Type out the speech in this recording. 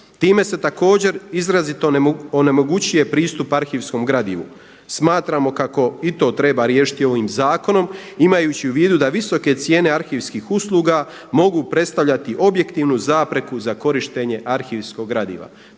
Time se također izrazito onemogućuje pristup arhivskom gradivu. Smatramo kako i to treba riješiti ovim zakonom imajući u vidu da visoke cijene arhivskih usluga mogu predstavljati objektivnu zapreku za korištenje arhivskog gradiva.